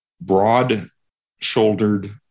broad-shouldered